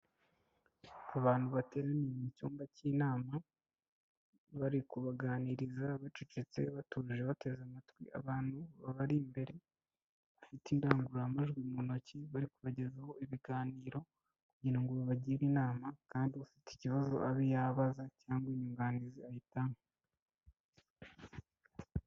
Abantu bateraniye mu cyumba cy'inama, bari kubaganiriza bacecetse, batuje, bateze amatwi, abantu babari imbere, bafite indangururamajwi mu ntoki, bari kubagezaho ibiganiro, kugira ngo babagire inama kandi ufite ikibazo abe yabaza cyangwa inyunganizi ayitange.